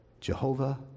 Jehovah